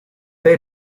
they